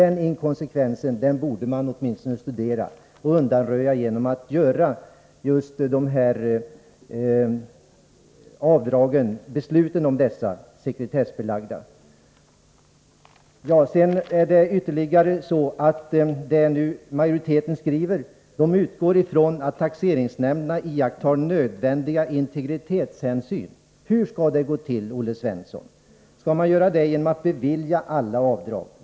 Den inkonsekvensen borde man studera — och undanröja genom att sekretessbelägga besluten om avdragen. Utskottet utgår ifrån att ”taxeringsnämnderna iakttar nödvändiga integritetshänsyn”. Hur skall det gå till, Olle Svensson? Skall nämnderna göra det genom att bevilja alla avdrag?